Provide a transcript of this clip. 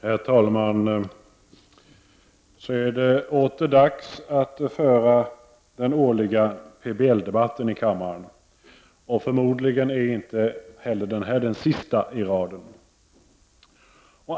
Herr talman! Så är det åter dags för den årliga PBL-debatten i kammaren. Förmodligen är inte heller denna den sista i raden.